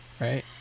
right